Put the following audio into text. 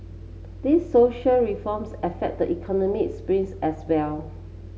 these social reforms affect the economic as well